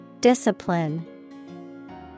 Discipline